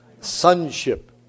Sonship